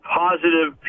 positive